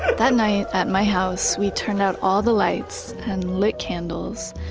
but that night at my house, we turned out all the lights and lit candles,